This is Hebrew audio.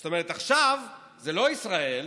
זאת אומרת, עכשיו זה לא ישראל,